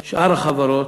שאר החברות,